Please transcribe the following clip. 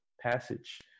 passage